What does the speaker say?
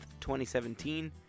2017